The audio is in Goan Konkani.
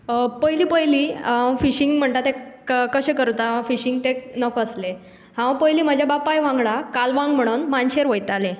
पयली पयली हांव फिशींग म्हणटा ते कशें करता फिशींग ते नकळो आसलें हांव पयलीं म्हज्या बापाय वांगडा कालवांक म्हणून मानशेर वयताले